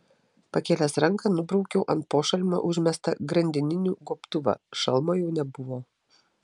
pakėlęs ranką nubraukiau ant pošalmio užmestą grandininių gobtuvą šalmo jau nebuvo